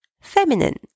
feminine